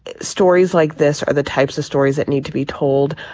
stories like this are the types of stories that need to be told.